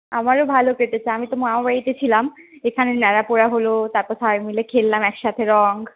আমারও ভালো কেটেছে আমি তো মামাবাড়িতে ছিলাম এখানে নেড়াপোড়া হলো তারপর সবাই মিলে খেললাম একসাথে রং